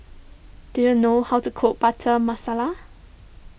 do you know how to cook Butter Masala